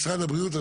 משרד הבריאות,